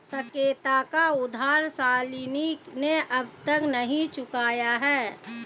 साकेत का उधार शालिनी ने अब तक नहीं चुकाया है